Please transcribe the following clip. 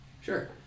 sure